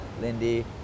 Lindy